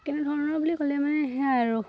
কেনেধৰণৰ বুলি ক'লে মানে সেয়াই আৰু